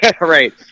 Right